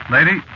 Lady